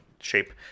shape